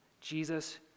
Jesus